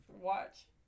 Watch